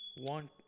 one